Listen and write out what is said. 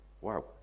Wow